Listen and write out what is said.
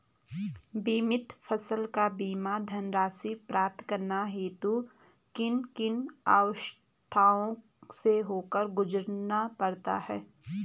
बीमित फसल का बीमा धनराशि प्राप्त करने हेतु किन किन अवस्थाओं से होकर गुजरना पड़ता है?